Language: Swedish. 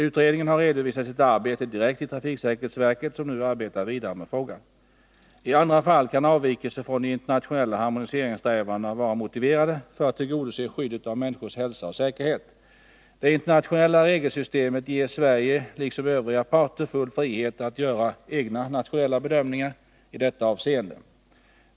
Utredningen har redovisat sitt arbete direkt till trafiksäkerhetsverket, som nu arbetar vidare med frågan. I andra fall kan avvikelser från de internationella harmoniseringssträvandena vara motiverade för att tillgodose skyddet av människors hälsa och säkerhet. Det internationella regelsystemet ger Sverige, liksom övriga parter, full frihet att göra egna nationella bedömningar i detta avseende.